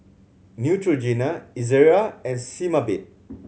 Neutrogena Ezerra and Sebamed